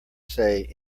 say